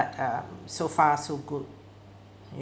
but um so far so good